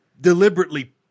deliberately